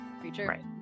creature